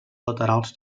laterals